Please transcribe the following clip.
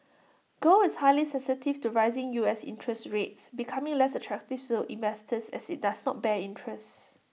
gold is highly sensitive to rising U S interest rates becoming less attractive to investors as IT does not bear interest